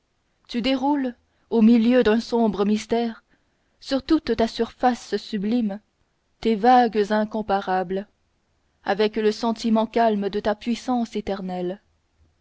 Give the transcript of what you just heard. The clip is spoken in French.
tu déroules au milieu d'un sombre mystère sur toute ta surface sublime tes vagues incomparables avec le sentiment calme de ta puissance éternelle